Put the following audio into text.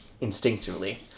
instinctively